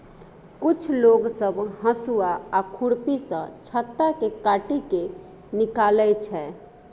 कुछ लोग सब हसुआ आ खुरपी सँ छत्ता केँ काटि केँ निकालै छै